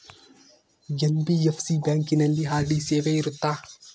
NBFC ಬ್ಯಾಂಕಿನಲ್ಲಿ RD ಸೇವೆ ಇರುತ್ತಾ?